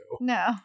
No